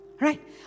Right